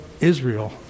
Israel